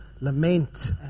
lament